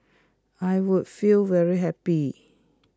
I would feel very happy